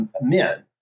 men